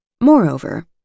Moreover